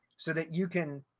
so that you can